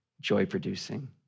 joy-producing